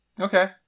Okay